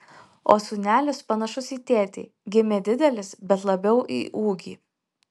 o sūnelis panašus į tėtį gimė didelis bet labiau į ūgį